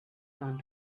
turned